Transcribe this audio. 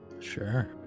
Sure